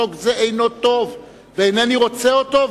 חוק זה אינו טוב ואינני רוצה אותו,